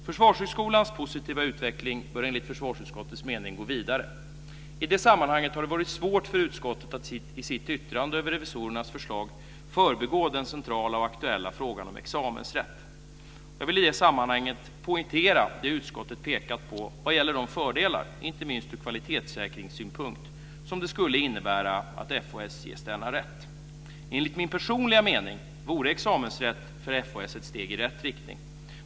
Försvarshögskolans positiva utveckling bör, enligt försvarsutskottets mening, gå vidare. I detta sammanhang har det varit svårt för utskottet att i sitt yttrande över revisorernas förslag förbigå den centrala och aktuella frågan om examensrätt. Jag vill i det sammanhanget poängtera det som utskottet pekat på vad gäller de fördelar, inte minst ur kvalitetssäkringssynpunkt, som det skulle innebära att Försvarshögskolan ges denna rätt. Enligt min personliga mening vore examensrätt för Försvarshögskolan ett steg i rätt riktning.